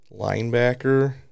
linebacker